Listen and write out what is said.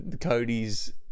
Cody's